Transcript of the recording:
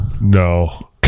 No